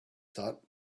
thought